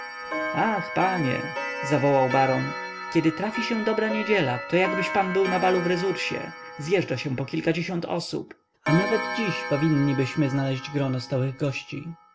ach panie zawołał baron kiedy trafi się dobra niedziela to jakbyś pan był na balu w resursie zjeżdża się po kilkadziesiąt osób a nawet dziś powinnibyśmy znaleść grono stałych gości